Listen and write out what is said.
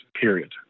period